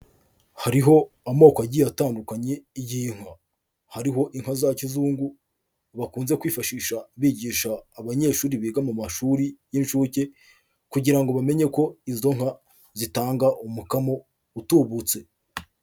Hariho amoko agiye atandukanye y'inka, hariho inka za kizungu bakunze kwifashisha bigisha abanyeshuri biga mu mashuri y'inshuke kugira ngo bamenye ko izo nka zitanga umukamo utubutse.